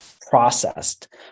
processed